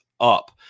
up